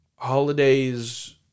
holidays